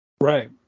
Right